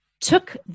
took